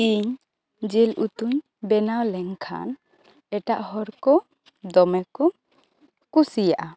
ᱤᱧ ᱡᱤᱞ ᱩᱛᱩᱧ ᱵᱮᱱᱟᱣ ᱞᱮᱱᱠᱷᱟᱱ ᱮᱴᱟᱜ ᱦᱚᱲ ᱠᱚ ᱫᱚᱢᱮ ᱠᱚ ᱠᱩᱥᱤᱭᱟᱜᱼᱟ